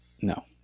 No